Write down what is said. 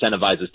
incentivizes